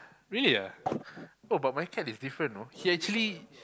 really ya oh but my cat is different you know he actually